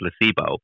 placebo